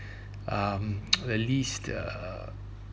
um the least err